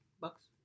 bucks